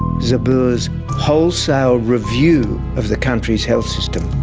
zabur's wholesale review of the country's health system.